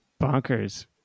bonkers